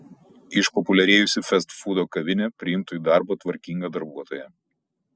išpopuliarėjusi festfūdo kavinė priimtų į darbą tvarkingą darbuotoją